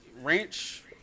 ranch